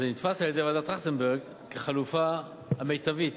זה נתפס על-ידי ועדת-טרכטנברג כחלופה המיטבית,